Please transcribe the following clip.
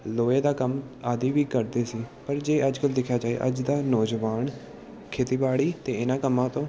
ਲੋਹੇ ਦਾ ਕੰਮ ਆਦਿ ਵੀ ਕਰਦੇ ਸੀ ਪਰ ਜੇ ਅੱਜ ਕੱਲ੍ਹ ਦੇਖਿਆ ਜਾਏ ਅੱਜ ਦਾ ਨੌਜਵਾਨ ਖੇਤੀਬਾੜੀ ਅਤੇ ਇਹਨਾਂ ਕੰਮਾਂ ਤੋਂ